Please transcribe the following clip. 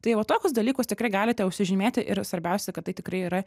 tai va tokius dalykus tikrai galite užsižymėti ir svarbiausia kad tai tikrai yra